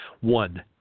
one